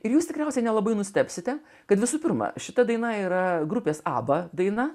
ir jūs tikriausiai nelabai nustebsite kad visų pirma šita daina yra grupės abba daina